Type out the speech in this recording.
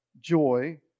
joy